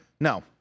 No